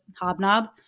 hobnob